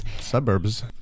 suburbs